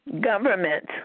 Government